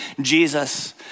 Jesus